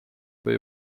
või